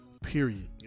Period